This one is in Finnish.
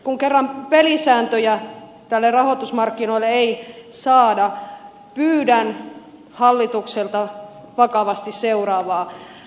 kun kerran pelisääntöjä rahoitusmarkkinoille ei saada pyydän hallitukselta vakavasti seuraavaa